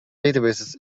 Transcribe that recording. databases